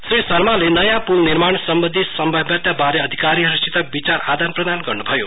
श्री शर्माले नयाँ पुल निर्मान सम्बन्धि सभ्याव्यता बारे अधिकारीहरुसित विचार आदान प्रदान गर्न्भयो